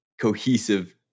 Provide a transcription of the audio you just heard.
cohesive